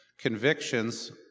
Convictions